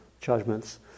judgments